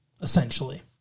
essentially